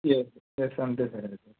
yes yes అంతే sir ఇది